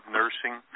nursing